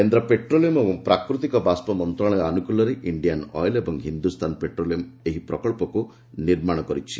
କେନ୍ଦ୍ର ପେଟ୍ରୋଲିୟମ୍ ଓ ପ୍ରାକୃତିକ ବାଷ୍କ ମନ୍ତ୍ରଣାଳୟ ଆନୁକୁଲ୍ୟରେ ଇଷ୍ଠିଆନ୍ ଅଏଲ୍ ଏବଂ ହିନ୍ଦୁସ୍ଥାନ ପେଟ୍ରୋଲିୟମ୍ ଏହି ପ୍ରକଳ୍ପକୁ ନିର୍ମାଣ କରିଛି